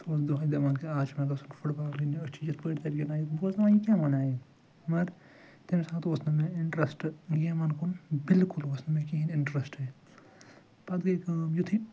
سُہ اوس دۄہَے دَپان کہِ آز چھُ مےٚ گَژُھن فُڈبال گِنٛدنہِ أسۍ چھِ یِتھ پٲٹھۍ تَتہِ گنٛدان بہٕ اوسُس دَپان یہِ کیٛاہ وَنان یہِ مگر تمہِ ساتہٕ اوس نہٕ مےٚ اِنٹرسٹ گیمن کُن بلکُل اوس نہٕ مےٚ کِہیٖنۍ اِنٹرسٹے پتہٕ گٔے کٲم یُتھٕے